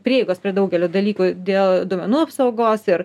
prieigos prie daugelio dalykų dėl duomenų apsaugos ir